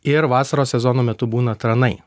ir vasaros sezono metu būna tranai